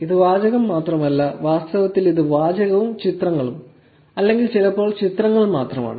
ഇത് വാചകം മാത്രമല്ല വാസ്തവത്തിൽ ഇത് വാചകവും ചിത്രങ്ങളും അല്ലെങ്കിൽ ചിലപ്പോൾ ചിത്രങ്ങൾ മാത്രമാണ്